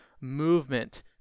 movement